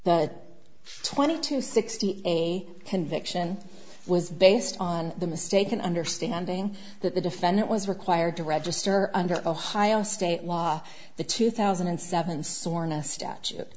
twenty two sixty a conviction was based on the mistaken understanding that the defendant was required to register under ohio state law the two thousand and seven soren a statute